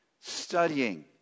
Studying